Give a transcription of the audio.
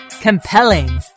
Compelling